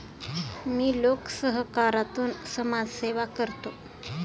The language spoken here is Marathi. मी लोकसहकारातून समाजसेवा करतो